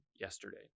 yesterday